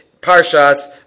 Parshas